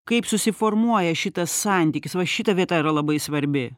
kaip susiformuoja šitas santykis va šita vieta yra labai svarbi